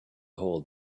hole